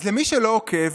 אז למי שלא עוקב,